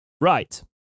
Right